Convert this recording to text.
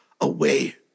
away